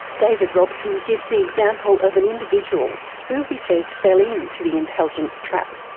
david robson gives the example of an individual who he says fell into the intelligence trap.